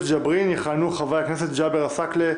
ג'אברין: יכהנו חברי הכנסת ג'אבר עסאקלה,